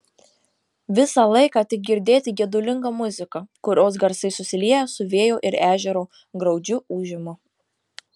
visą laiką tik girdėti gedulinga muzika kurios garsai susilieja su vėjo ir ežero graudžiu ūžimu